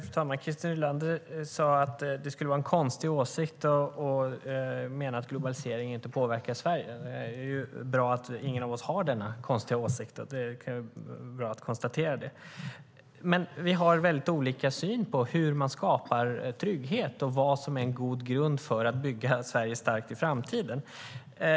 Fru talman! Christer Nylander sade att det är en konstig åsikt att mena att globalisering inte påverkar Sverige. Då är det ju bra att ingen av oss har denna åsikt. Det är bra att konstatera det. Vi har väldigt olika syn på hur man skapar trygghet och vad som är en god grund för att bygga Sverige starkt i framtiden.